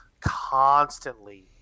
constantly